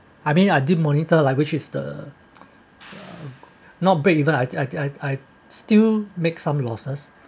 I mean I did monitor lah which is the not break even I I I I still make some losses